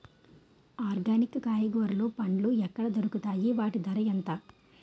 Organic కూరగాయలు పండ్లు ఎక్కడ దొరుకుతాయి? వాటి ధర ఎంత?